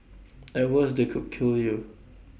at worst they could kill you